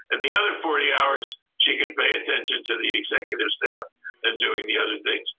and the other forty hours, she can pay attention to the executive staff and doing the other things.